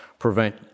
prevent